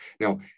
Now